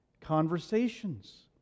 conversations